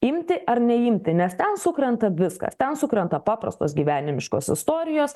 imti ar neimti nes ten sukrenta viskas ten sukrenta paprastos gyvenimiškos istorijos